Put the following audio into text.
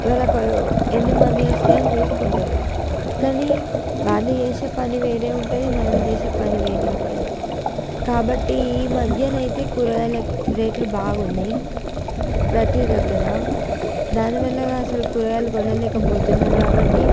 వాళ్ళకి ఎన్ని మనీ వస్తాయి అని చూసుకుంటారు కానీ వాళ్ళు చేసే పని వేరే ఉంటుంది మనం చేసే పని వేరే ఉంటుంది కాబట్టి ఈ మధ్యన అయితే కూరగాయల రేట్లు బాగున్నాయి ప్రతి దగ్గర దానివల్ల అసలు కూరగాయలు కొనలేకపోతున్నారు కాబట్టి